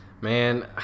Man